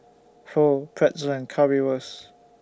Pho Pretzel and Currywurst